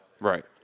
Right